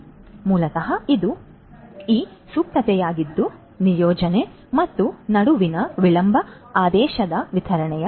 ಆದ್ದರಿಂದ ಮೂಲತಃ ಇದು ಈ ಸುಪ್ತತೆಯಾಗಿದ್ದುನಿಯೋಜನೆ ಮತ್ತುನಡುವಿನ ವಿಳಂಬ ಆದೇಶದಆದೇಶದ ವಿತರಣೆಯ